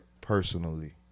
personally